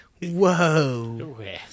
Whoa